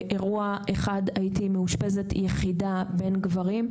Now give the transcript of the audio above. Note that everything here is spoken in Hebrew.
באירוע אחד הייתי מאושפזת יחידה בין גברים,